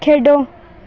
खेढो